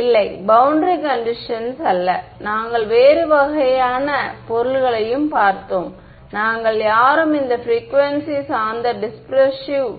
இல்லை boundary conditions அல்ல நாங்கள் வேறு வகையான பொருள்களைப் பார்த்தோம் நாங்கள் யாரும் இந்த பிரிக்குவென்சி சார்ந்த டிஸ்பிரஷிவ்